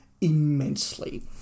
immensely